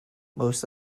most